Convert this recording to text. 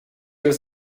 was